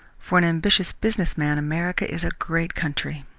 for an ambitious business man america is a great country.